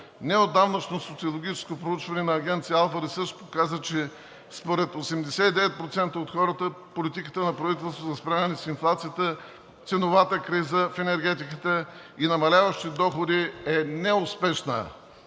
Неотдавнашно социологическо проучване на Агенция „Алфа Рисърч“ показа, че според 89% от хората политиката на правителството за справяне с инфлацията, ценовата криза в енергетиката и намаляващите доходи е неуспешна,